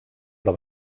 però